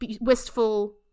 wistful